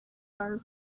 our